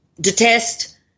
detest